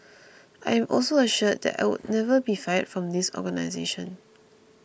I am also assured that I would never be fired from this organisation